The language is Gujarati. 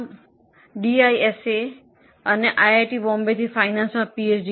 COM ડીઆએસએ કર્યું છે અને આઈઆઈટી મુંબઈથી ફાઇનાન્સમાં પીએચડી Ph